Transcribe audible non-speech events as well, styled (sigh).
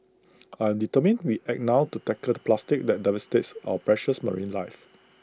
(noise) I'm determined we act now to tackle the plastic that devastates our precious marine life